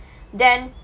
then